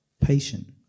patient